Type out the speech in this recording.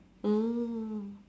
mm